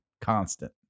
Constant